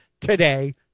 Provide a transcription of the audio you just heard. today